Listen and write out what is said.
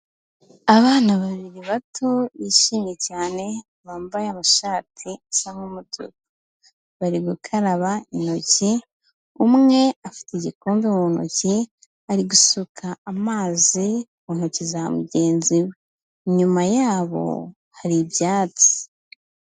Abana babiri bato bishimye cyane, bambaye amashati asa nk'umutuku, bari gukaraba intoki, umwe afite igikombe mu ntoki ari gusuka amazi mu ntoki za mugenzi we. Inyuma yabo hari ibyatsi.